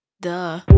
Duh